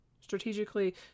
Strategically